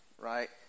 right